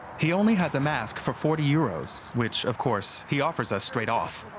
he only has a mask for forty euros which, of course, he offers us straight off.